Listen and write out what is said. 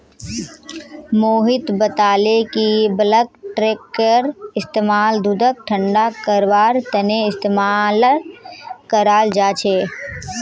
मोहित बताले कि बल्क टैंककेर इस्तेमाल दूधक ठंडा करवार तने इस्तेमाल कराल जा छे